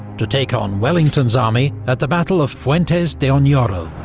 to take on wellington's army at the battle of fuentes de onoro,